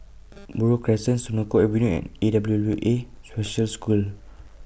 Buroh Crescent Senoko Avenue and A W W A Special School